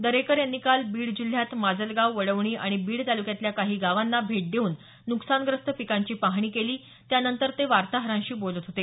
दरेकर यांनी काल बीड जिल्ह्यात माजलगाव वडवणी आणि बीड तालुक्यातल्या काही गावांना भेट देऊन नुकसानग्रस्त पिकांची पाहणी केली त्यानंतर ते वार्ताहरांशी बोलत होते